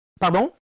Pardon